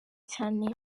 cyane